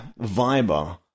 Viber